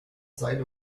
seile